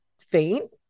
faint